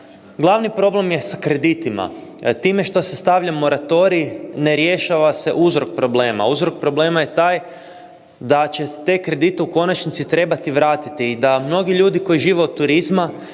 Glavni problem je s kreditima, time što se stavlja moratorij ne rješava se uzrok problema. Uzrok problema je taj da će te kredite u konačnici trebati vratiti i da mnogi ljudi koji žive od turizma